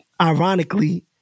ironically